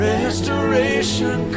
Restoration